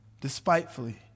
despitefully